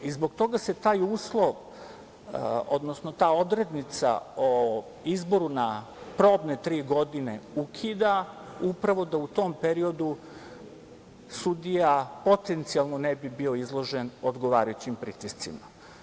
Zbog toga se taj uslov, odnosno ta odrednica o izboru na probne tri godine ukida, upravo da u tom periodu sudija potencijalno ne bi bio izložen odgovarajućim pritiscima.